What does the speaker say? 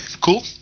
cool